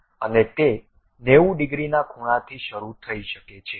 અને તે 90 ડિગ્રીના ખૂણાથી શરૂ થઈ શકે છે